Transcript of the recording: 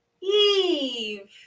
Eve